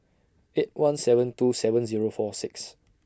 eight one seven two seven Zero four six